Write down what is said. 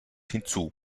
hinzu